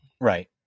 right